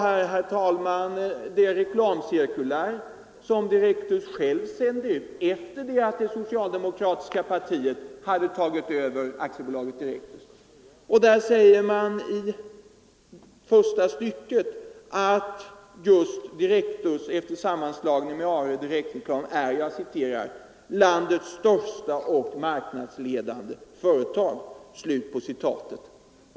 I det reklamcirkulär som Direktus själv sände ut efter det att det socialdemokratiska partiet hade tagit över företaget säger man i första stycket att just Direktus efter sammanslagningen med ARE-Direktreklam är ”landets största och marknadsledande företag”.